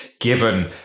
given